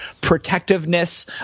protectiveness